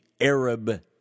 Arab